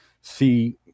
see